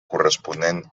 corresponent